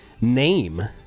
Name